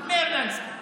מאיר לנסקי.